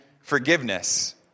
forgiveness